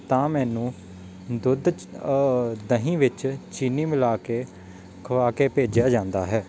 ਤਾਂ ਮੈਨੂੰ ਦੁੱਧ 'ਚ ਦਹੀਂ ਵਿੱਚ ਚੀਨੀ ਮਿਲਾ ਕੇ ਖਵਾ ਕੇ ਭੇਜਿਆ ਜਾਂਦਾ ਹੈ